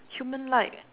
human like